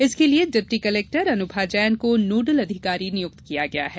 इसके लिए deputy collector Anubha Jain को नोडल अधिकारी नियुक्त किया गया है